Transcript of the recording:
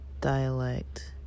dialect